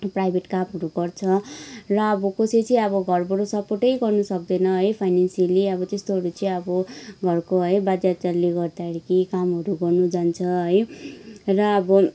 private कामहरू गर्छ र अब कसै चाहिँ अब घरबाट सपोर्टै गर्न सक्दैन है फाइनेन्सेली त्यस्तोहरू चाहिँ अब घरको है बाध्यताले गर्दा केही कामहरू गर्नु जान्छ है र अब